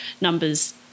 numbers